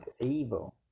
evil